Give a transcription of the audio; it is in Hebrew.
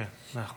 מאה אחוז.